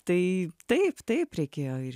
tai taip taip reikėjo ir